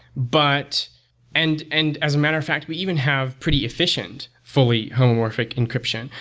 but and and as a matter of fact, we even have pretty efficient fully homomorphic encryption.